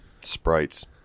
sprites